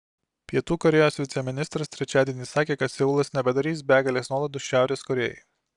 pietų korėjos viceministras trečiadienį sakė kad seulas nebedarys begalės nuolaidų šiaurės korėjai